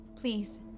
please